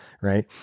right